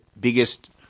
biggest